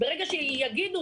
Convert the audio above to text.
ברגע שיגידו